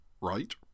right